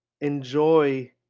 enjoy